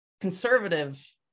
conservative